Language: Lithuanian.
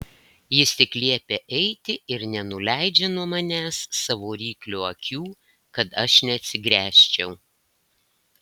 jis tik liepia eiti ir nenuleidžia nuo manęs savo ryklio akių kad aš neatsigręžčiau